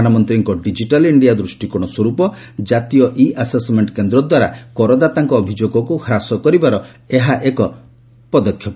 ପ୍ରଧାନମନ୍ତ୍ରୀଙ୍କ digital India ଦୃଷ୍ଟିକୋଣ ସ୍ୱରୂପ ଜାତୀୟ ଇ ଆସେସ୍ମେଙ୍କ କେନ୍ଦ୍ରଦ୍ୱାରା କରଦାତାଙ୍କ ଅଭିଯୋଗକୁ ହ୍ରାସ କରିବାର ଏହା ଏକ ପଦକ୍ଷେପ